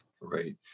Right